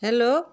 hello